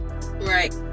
Right